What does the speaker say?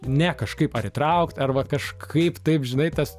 ne kažkaip ar įtraukt ar va kažkaip taip žinai tas